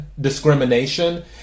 discrimination